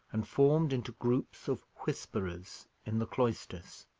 and formed into groups of whisperers in the cloisters.